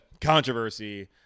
controversy